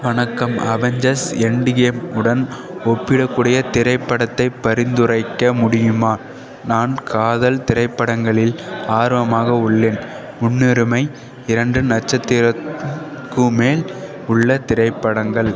வணக்கம் Avengers endgame உடன் ஒப்பிடக்கூடிய திரைப்படத்தைப் பரிந்துரைக்க முடியுமா நான் காதல் திரைப்படங்களில் ஆர்வமாக உள்ளேன் முன்னுரிமை இரண்டு நட்சத்திரம் க்கு மேல் உள்ள திரைப்படங்கள்